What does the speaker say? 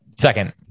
second